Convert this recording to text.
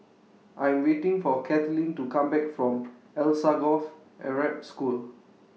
I'm waiting For Cathleen to Come Back from Alsagoff Arab School